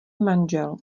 manžel